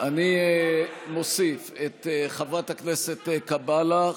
אני מוסיף את חברת הכנסת קאבלה,